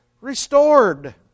Restored